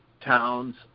towns